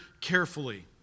carefully